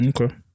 Okay